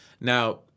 Now